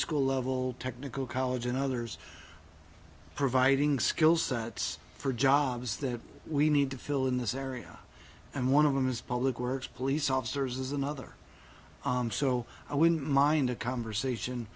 school level technical college and others providing skill sets for jobs that we need to fill in this area and one of them is public works police officers is another so i wouldn't mind a conversation